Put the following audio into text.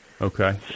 Okay